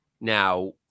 now